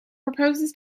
proposes